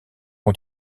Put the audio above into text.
ont